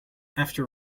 after